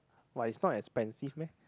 !wah! it's not expensive meh